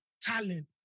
talent